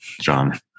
john